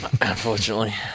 unfortunately